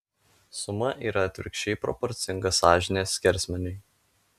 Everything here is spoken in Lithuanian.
suma yra atvirkščiai proporcinga sąžinės skersmeniui